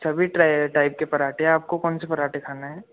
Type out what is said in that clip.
सभी ट्राइ टाइप के पराँठे आप को कौन से पराँठे खाने हैं